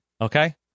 okay